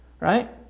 right